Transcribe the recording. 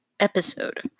Episode